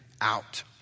out